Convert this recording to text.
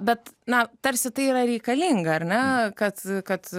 bet na tarsi tai yra reikalinga ar ne kad kad